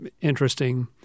interesting